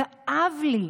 כאב לי.